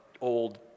old